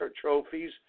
trophies